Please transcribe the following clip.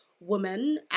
woman